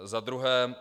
Za druhé.